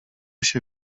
się